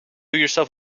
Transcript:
yourself